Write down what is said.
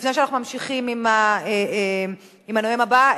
לפני שאנחנו ממשיכים עם הדובר הבא,